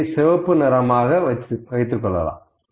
இதை சிவப்பு நிறமாக மாற்றுகிறேன்